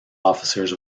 officers